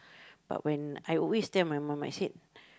but when I always tell my mom I said